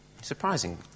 Surprising